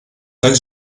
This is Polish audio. tak